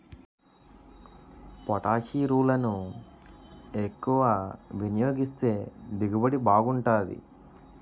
పొటాషిరులను ఎక్కువ వినియోగిస్తే దిగుబడి బాగుంటాది